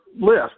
list